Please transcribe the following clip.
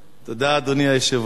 תודה, אדוני היושב-ראש.